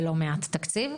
ולא מעט תקציב.